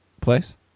place